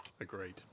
agreed